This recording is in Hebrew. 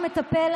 נגד נפתלי בנט,